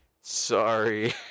Sorry